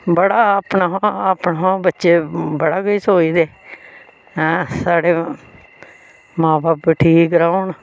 बड़ा अपना अपना बच्चे बड़ा किश सोचदे ऐं साढ़े मां ब'ब्ब ठीक रौह्न